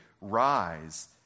rise